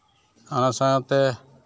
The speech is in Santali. ᱟᱨ ᱥᱟᱶᱛᱮ